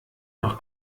noch